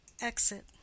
Exit